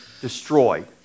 destroyed